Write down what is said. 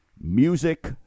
Music